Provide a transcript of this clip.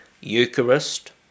Eucharist